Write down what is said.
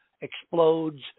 explodes